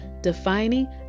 Defining